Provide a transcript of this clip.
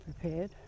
prepared